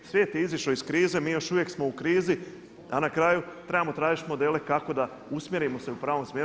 Svijet je izišao iz krize, mi još uvijek smo u krizi a na kraju trebamo tražiti modele kako da usmjerimo se u pravom smjeru.